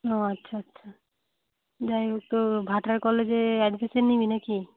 ও আচ্ছা আচ্ছা যাই হোক তো ভাটার কলেজে অ্যাডমিশন নিবি নাকি